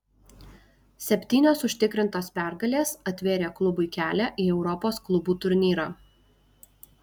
septynios užtikrintos pergalės atvėrė klubui kelią į europos klubų turnyrą